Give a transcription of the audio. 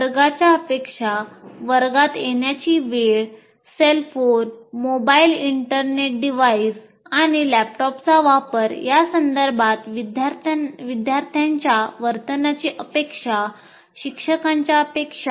वर्गाच्या अपेक्षा वर्गात येण्याची वेळ सेल फोन वापर या संदर्भात विद्यार्थ्यांच्या वर्तनाची अपेक्षा शिक्षकांच्या अपेक्षा